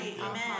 Amen